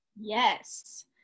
yes